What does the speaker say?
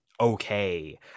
okay